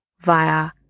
via